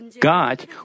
God